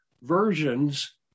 versions